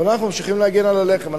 אבל אנחנו ממשיכים להגן על הלחם.